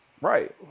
Right